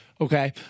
Okay